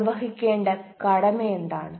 നിർവഹിക്കേണ്ട കടമയെന്താണ്